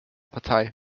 partei